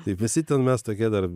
taip visi ten mes tokie dar